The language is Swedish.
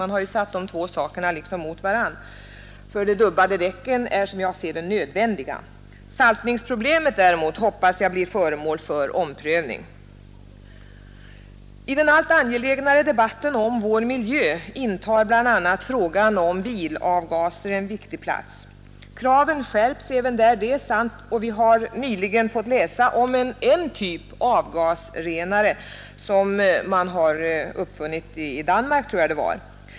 Man har satt de två sakerna mot varandra, men som jag ser det är de dubbade däcken nödvändiga. Saltningen däremot hoppas jag blir föremål för omprövning. I den allt angelägnare debatten om vår miljö intar frågan om bilavgaserna en viktig plats. Det är sant att kraven skärps även där. Vi har nyligen fått läsa om en typ av avgasrenare som man uppfunnit i Danmark, tror jag det var.